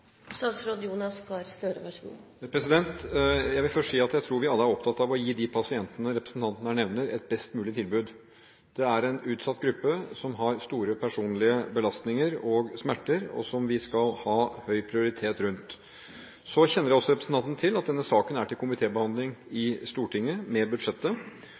Jeg vil først si at jeg tror vi alle er opptatt av å gi de pasientene representanten her nevner, et best mulig tilbud. Det er en utsatt gruppe som har store personlige belastninger og smerter, og som vi skal ha høy prioritet rundt. Så kjenner også representanten til at denne saken er til komitébehandling i Stortinget med budsjettet,